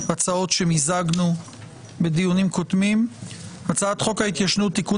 הצעות שמיזגנו בדיונים קודמים - הצעת חוק ההתיישנות (תיקון